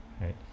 right